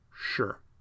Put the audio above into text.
Sure